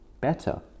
better